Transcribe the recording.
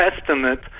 estimate